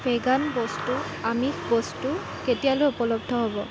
vegan বস্তু আমিষ বস্তু কেতিয়ালৈ উপলব্ধ হ'ব